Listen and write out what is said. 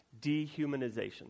dehumanization